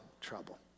trouble